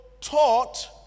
taught